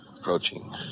Approaching